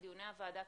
בדיוני הוועדה,